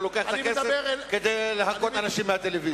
לוקח את הכסף כדי להכות אנשים מהטלוויזיה.